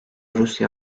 rusya